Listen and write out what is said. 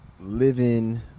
living